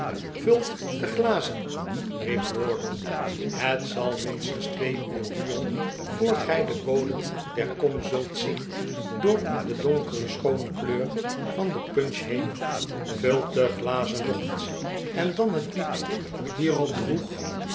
vult de glazen riep wardle het zal minstens twee uur duren voor gij den bodem der kom kunt zien door de donkere schoone kleur van de punch heen vult de glazen nog eens en dan het lied hierop